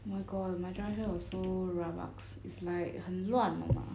oh my god my drive here was so rabaks is like 很乱你懂吗